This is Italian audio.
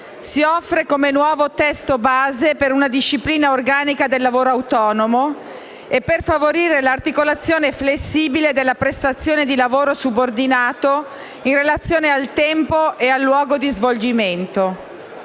si offre come nuovo testo base per una disciplina organica del lavoro autonomo e per favorire l'articolazione flessibile della prestazione di lavoro subordinato in relazione al tempo e al luogo di svolgimento.